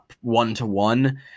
one-to-one